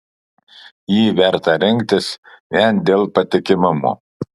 jį verta rinktis vien dėl patikimumo